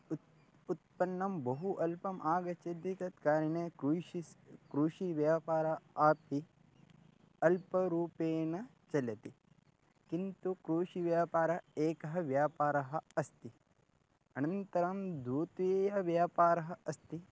उत् उत्पन्नं बहु अल्पम् आगच्छति तत्कारणेन क्रूय्षिस् कृषिव्यापारः अपि अल्परूपेण चलति किन्तु कृषिव्यापारः एकः व्यापारः अस्ति अनन्तरं द्वितीयः व्यापारः अस्ति